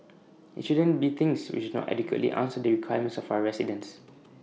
IT shouldn't be things which not adequately answer the requirements of our residents